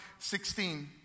16